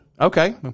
Okay